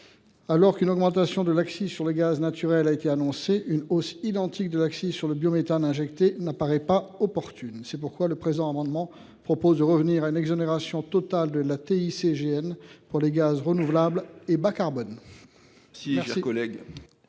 Alors qu’une augmentation de l’accise sur le gaz naturel a été annoncée, une hausse identique de l’accise sur le biométhane injecté n’apparaît pas opportune. C’est pourquoi le présent amendement vise à revenir à une exonération totale de TICGN pour les gaz renouvelables et bas carbone. Quel est l’avis